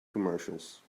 commercials